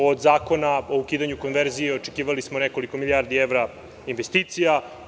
Od Zakona o ukidanju konverzije očekivali smo nekoliko milijardi evra investicija.